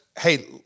hey